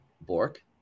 Bork